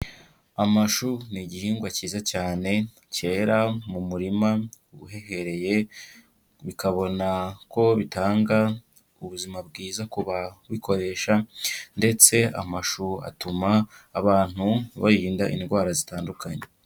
Amashu ni igihingwa cyiza cyane cyera mu murima uhehereye bikabona ko bitanga ubuzima bwiza ku babikoresha, ndetse amashu atuma abantu barinda indwara zitandukanye.